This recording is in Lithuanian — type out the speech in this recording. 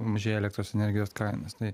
mažėja elektros energijos kainos tai